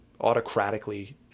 autocratically